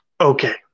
Okay